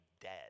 dead